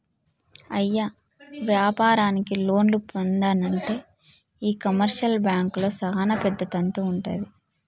అయ్య వ్యాపారానికి లోన్లు పొందానంటే ఈ కమర్షియల్ బాంకుల్లో సానా పెద్ద తంతు వుంటది